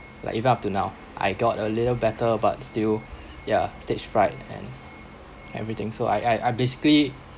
like even up to now I got a little better but still ya stage fright and everything so I I I basically